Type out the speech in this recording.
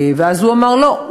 ואז הוא אמר: לא,